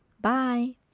Bye